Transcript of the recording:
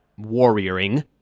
warrioring